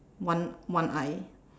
one one eye